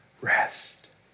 rest